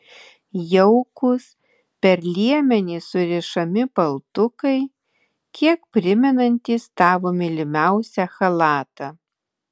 jaukūs per liemenį surišami paltukai kiek primenantys tavo mylimiausią chalatą